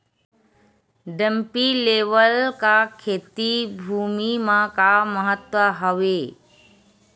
Dumpy level का खेती भुमि म का महत्व हावे?